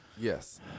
Yes